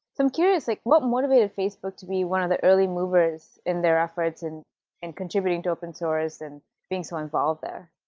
i'm curious. like what motivated facebook to be one of the early movers in their efforts in in contributing to open-source and being someone so involved there?